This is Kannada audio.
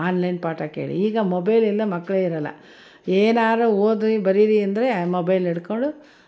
ಆನ್ಲೈನ್ ಪಾಠ ಕೇಳಿ ಈಗ ಮೊಬೈಲ್ ಇಲ್ಲದೇ ಮಕ್ಳು ಇರೋಲ್ಲ ಏನಾರ ಓದಿ ಬರೀರಿ ಅಂದರೆ ಮೊಬೈಲ್ ಹಿಡ್ಕೊಂಡು